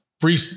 free